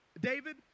David